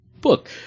book